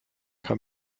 haben